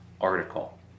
article